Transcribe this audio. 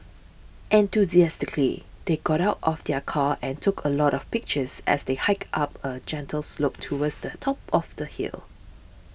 enthusiastically they got out of the car and took a lot of pictures as they hiked up a gentle slope towards the top of the hill